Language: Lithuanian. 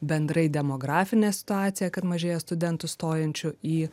bendrai demografinė situacija kad mažėja studentų stojančių į